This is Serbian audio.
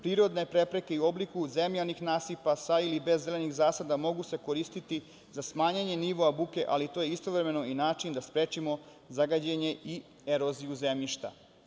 Prirodne prepreke i u obliku zemljanih nasipa, sa ili bez zelenih zasada mogu se koristiti za smanjenje nivoa buke, ali to je istovremeno i način da sprečimo zagađenje i eroziju zemljišta.